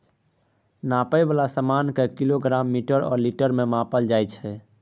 नापै बला समान केँ किलोग्राम, मीटर आ लीटर मे नापल जाइ छै